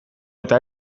eta